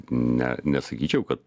ne nesakyčiau kad